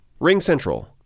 RingCentral